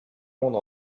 monde